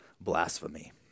blasphemy